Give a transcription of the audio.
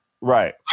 Right